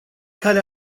care